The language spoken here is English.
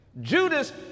judas